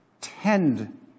Tend